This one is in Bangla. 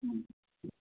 হ্যাঁ